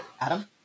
Adam